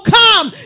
come